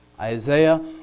Isaiah